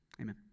Amen